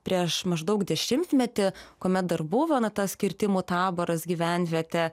prieš maždaug dešimtmetį kuomet dar buvo na tas kirtimų taboras gyvenvietė